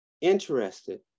interested